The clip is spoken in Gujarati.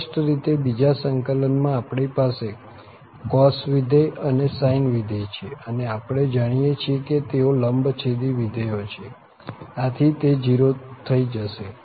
સ્પષ્ટ રીતે બીજા સંકલનમાં આપણી પાસે cos વિધેય અને sine વિધેય છે અને આપણે જાણીએ છીએ કે તેઓ લંબછેદી વિધેયો છે આથી તે 0 થઇ જશે